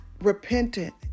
repentant